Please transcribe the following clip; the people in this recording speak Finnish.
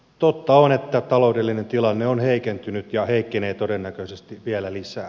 totta on että taloudellinen tilanne on heikentynyt ja heikkenee todennäköisesti vielä lisää